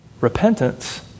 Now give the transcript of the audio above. repentance